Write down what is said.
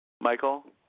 Michael